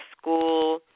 school